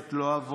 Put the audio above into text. ט' לא עברה.